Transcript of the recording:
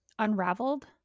unraveled